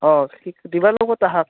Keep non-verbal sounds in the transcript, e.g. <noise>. অঁ দিবা লগত <unintelligible>